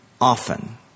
often